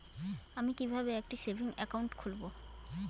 আমি কিভাবে একটি সেভিংস অ্যাকাউন্ট খুলব?